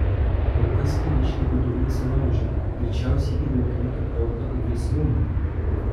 kol kas kariškiai vidun nesilaužė greičiausiai įbauginti porto agresyvumo